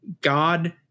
God